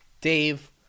dave